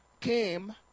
came